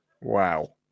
Wow